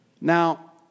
Now